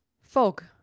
Fog